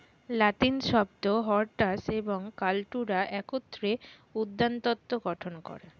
লাতিন শব্দ হরটাস এবং কাল্টুরা একত্রে উদ্যানতত্ত্ব গঠন করে